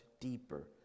deeper